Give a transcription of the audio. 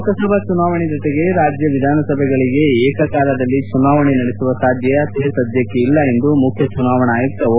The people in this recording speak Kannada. ಲೋಕಸಭಾ ಚುನಾವಣೆ ಜೊತೆಗೆ ರಾಜ್ಯ ವಿಧಾಸಭೆಗಳಿಗೆ ಏಕಕಾಲದಲ್ಲಿ ಚುನಾವಣೆ ನಡೆಸುವ ಸಾಧ್ಯತೆ ಸದ್ಯಕ್ಕಿಲ್ಲ ಎಂದು ಮುಖ್ಯ ಚುನಾವಣಾ ಆಯುಕ್ತ ಓ